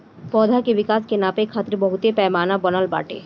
पौधा के विकास के नापे खातिर बहुते पैमाना बनल बाटे